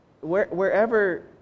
wherever